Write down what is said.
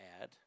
add